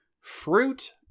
Fruit